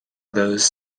those